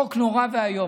חוק נורא ואיום,